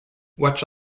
watch